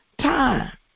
time